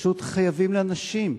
פשוט חייבים לאנשים.